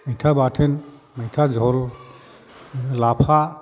मैथा बाथोन मैथा जहल लाफा